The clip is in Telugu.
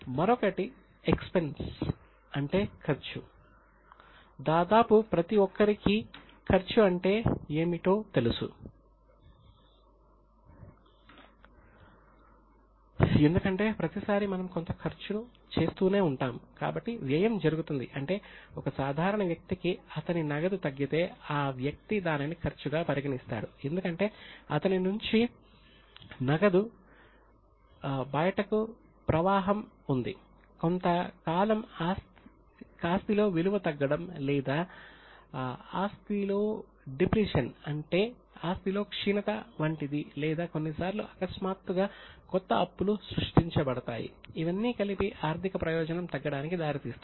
మరొకటి ఎక్స్పెన్స్ అంటే ఖర్చుగా పిలుస్తారు